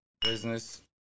business